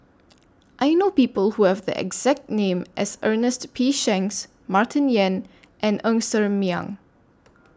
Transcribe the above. I know People Who Have The exact name as Ernest P Shanks Martin Yan and Ng Ser Miang